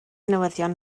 newyddion